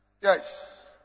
Yes